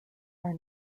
are